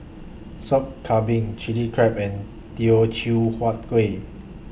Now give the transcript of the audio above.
Sop Kambing Chilli Crab and Teochew Huat Kueh